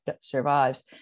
survives